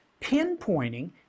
pinpointing